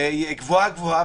-- שמדברים פה גבוהה גבוהה,